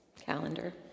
calendar